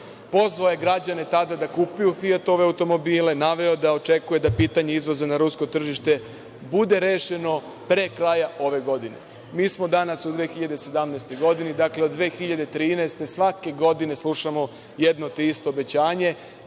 je građane tada da kupuju Fijatove automobile, naveo da očekuje da pitanje izvoza na rusko tržište bude rešeno pre kraja ove godine. Mi smo danas u 2017. godini. Dakle, od 2013. godine svake godine slušamo jedno te isto obećanje,